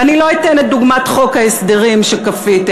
ואני לא אתן את דוגמת חוק ההסדרים שכפיתם,